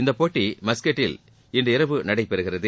இந்தப் போட்டி மஸ்கட்டில் இன்று இரவு நடைபெறுகிறது